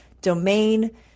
domain